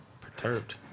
perturbed